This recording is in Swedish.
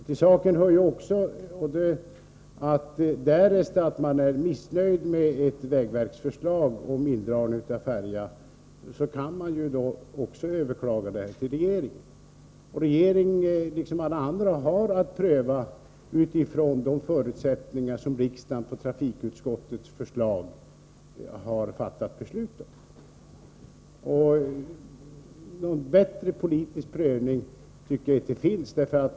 Till saken hör också att därest man är missnöjd med ett förslag från vägverket om indragning av färja, kan man överklaga till regeringen. Regeringen har liksom alla andra att pröva ärendet utifrån de förutsättningar som riksdagen på trafikutskottets förslag har fattat beslut om. Någon bättre politisk prövning tycker jag inte finns.